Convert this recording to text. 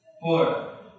Four